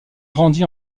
grandi